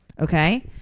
okay